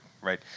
right